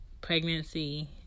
Pregnancy